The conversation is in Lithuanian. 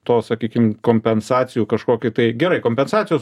to sakykim kompensacijų kažkokį tai gerai kompensacijos